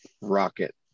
rocket